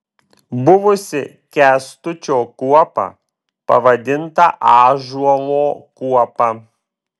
buvusi kęstučio kuopa pavadinta ąžuolo kuopa